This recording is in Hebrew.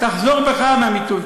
אני מציע לך, תחזור בך מהביטוי.